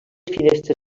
finestres